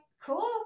cool